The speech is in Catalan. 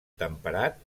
temperat